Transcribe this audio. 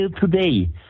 today